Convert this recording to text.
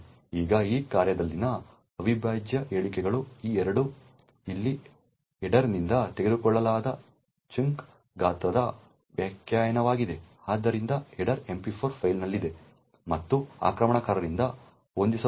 ಈಗ ಈ ಕಾರ್ಯದಲ್ಲಿನ ಅವಿಭಾಜ್ಯ ಹೇಳಿಕೆಗಳು ಈ 2 ಇಲ್ಲಿ ಹೆಡರ್ನಿಂದ ತೆಗೆದುಕೊಳ್ಳಲಾದ ಚಂಕ್ ಗಾತ್ರದ ವ್ಯಾಖ್ಯಾನವಾಗಿದೆ ಆದ್ದರಿಂದ ಹೆಡರ್ MP4 ಫೈಲ್ನಲ್ಲಿದೆ ಮತ್ತು ಆಕ್ರಮಣಕಾರರಿಂದ ಹೊಂದಿಸಬಹುದಾಗಿದೆ